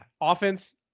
Offense